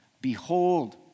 behold